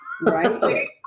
Right